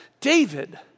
David